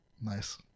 Nice